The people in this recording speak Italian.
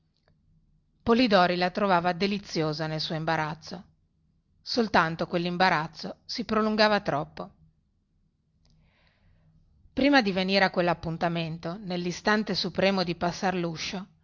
polidori la trovava deliziosa nel suo imbarazzo soltanto quellimbarazzo si prolungava troppo prima di venire a quellappuntamento nellistante supremo di passar luscio